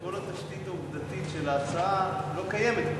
כל התשתית העובדתית של ההצעה לא קיימת,